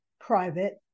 Private